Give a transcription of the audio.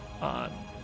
on